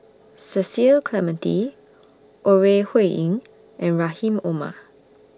Cecil Clementi Ore Huiying and Rahim Omar